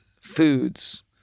foods